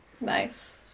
nice